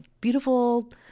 beautiful